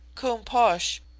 koom-posh,